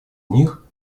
них